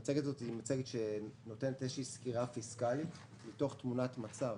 המצגת הזאת נותנת סקירה פיסקלית בתוך תמונת מצב